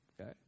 okay